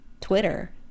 Twitter